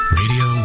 radio